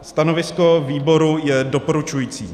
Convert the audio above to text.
Stanovisko výboru je doporučující.